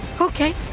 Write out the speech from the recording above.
Okay